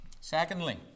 secondly